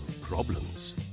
problems